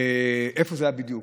איפה זה היה בדיוק.